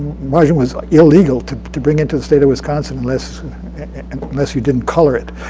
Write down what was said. margarine was illegal to to bring into the state of wisconsin unless and unless you didn't color it.